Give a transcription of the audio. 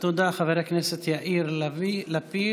תודה, חבר הכנסת יאיר לפיד.